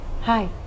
Hi